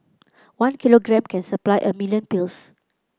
one kilogram can supply a million pills